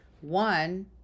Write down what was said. One